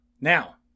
Now